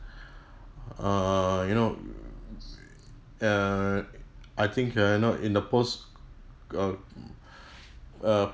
err you know err I think uh you know in the post uh uh